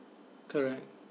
correct